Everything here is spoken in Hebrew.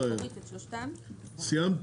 אין בעיה.